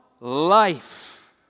life